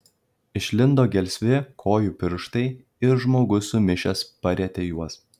išlindo gelsvi kojų pirštai ir žmogus sumišęs parietė juos